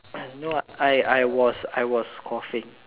know what I I was I was coughing